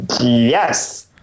yes